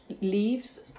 leaves